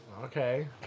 Okay